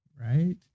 Right